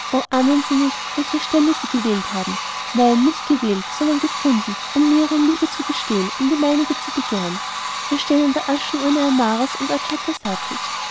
ahnen nicht welche stelle sie gewählt haben nein nicht gewählt sondern gefunden um mir ihre liebe zu gestehen um die meinige zu begehren wir stehen an der aschenurne amaras und